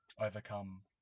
overcome